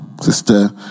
Sister